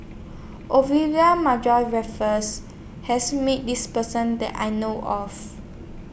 Raffles has meet This Person that I know of